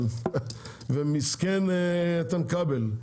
אבל ומסכן איתן כבל,